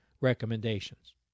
recommendations